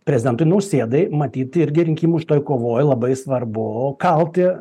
prezidentui nausėdai matyt irgi rinkimus šitoj kovoj labai svarbu kauti